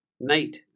Night